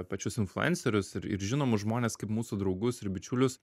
pačius influencerius ir ir žinomus žmones kaip mūsų draugus ir bičiulius